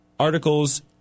Articles